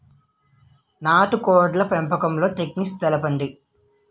నాటుకోడ్ల పెంపకంలో టెక్నిక్స్ తెలుపండి?